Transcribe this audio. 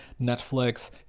Netflix